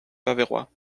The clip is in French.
faverois